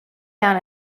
down